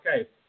okay